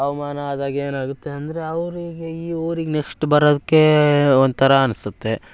ಅವಮಾನ ಆದಾಗ ಏನಾಗುತ್ತೆ ಅಂದರೆ ಅವರಿಗೆ ಈ ಊರಿಗೆ ನೆಶ್ಟ್ ಬರೋದ್ಕೇ ಒಂಥರ ಅನ್ನಿಸುತ್ತೆ